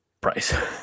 price